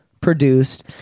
produced